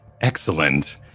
excellent